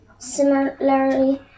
Similarly